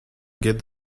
get